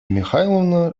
михайловна